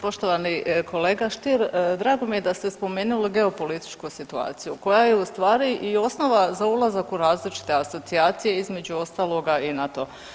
Poštovani kolega Stier, drago mi je da ste spomenuli geopolitičku situaciju koja je u stvari i osnova za ulazak u različite asocijacije između ostaloga i NATO.